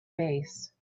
base